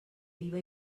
viva